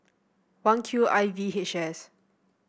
one Q I V H S